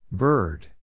Bird